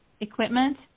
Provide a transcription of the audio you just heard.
equipment